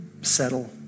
settle